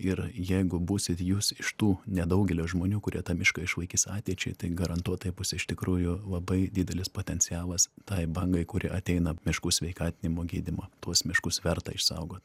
ir jeigu būsit jūs iš tų nedaugelio žmonių kurie tą mišką išlaikys ateičiai tai garantuotai bus iš tikrųjų labai didelis potencialas tai bangai kuri ateina miškų sveikatinimo gydymo tuos miškus verta išsaugot